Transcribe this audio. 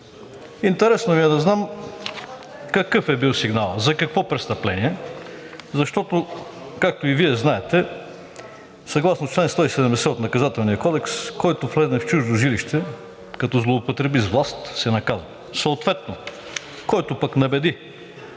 Интересно ми е да знам какъв е бил сигналът, за какво престъпление? Защото, както и Вие знаете, съгласно чл. 170 от Наказателния кодекс, който влезе в чуждо жилище, като злоупотреби с власт, се наказва. Съответно, който набеди